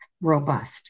robust